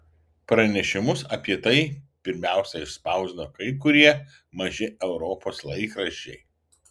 pranešimus apie tai pirmiausia išspausdino kai kurie maži europos laikraščiai